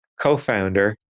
co-founder